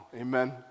Amen